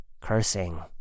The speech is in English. cursing